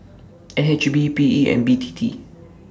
N H B P E and B T T